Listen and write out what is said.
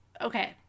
okay